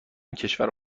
کشور